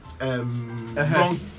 wrong